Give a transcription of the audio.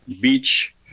Beach